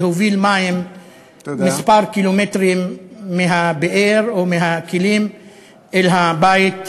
להוביל מים כמה קילומטרים מהבאר או מהכלים אל הבית.